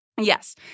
Yes